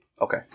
Okay